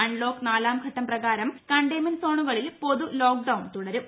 unlock നാലാംഘട്ടം പ്രകാരം containment സോണ്ടുകളീൽ പൊതു ലോക്ഡൌൺ തുടരും